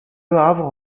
havre